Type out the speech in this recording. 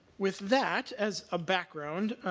with that as a background,